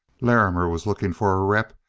larrimer was looking for a rep,